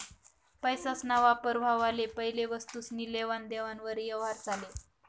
पैसासना वापर व्हवाना पैले वस्तुसनी लेवान देवान वर यवहार चाले